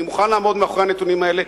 אני מוכן לעמוד מאחורי הנתונים האלה,